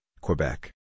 Quebec